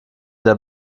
der